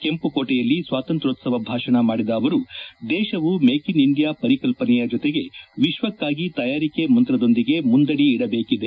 ಕೆಂಪುಕೋಟೆಯಲ್ಲಿ ಸ್ವಾತಂತ್ರ್ಯೋತ್ಸವ ಭಾಷಣ ಮಾಡಿದ ಅವರು ದೇಶವು ಮೇಕ್ ಇನ್ ಇಂಡಿಯಾ ಪರಿಕಲ್ಪನೆಯ ಜತೆಗೆ ವಿಶ್ವಕ್ಕಾಗಿ ತಯಾರಿಕೆ ಮಂತ್ರದೊಂದಿಗೆ ಮುಂದಡಿ ಇಡಬೇಕಿದೆ